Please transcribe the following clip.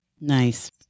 Nice